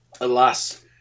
alas